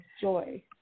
joy